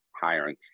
hiring